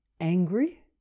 angry